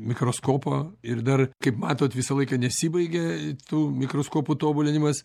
mikroskopo ir dar kaip matot visą laiką nesibaigia tų mikroskopų tobulinimas